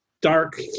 dark